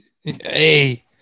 Hey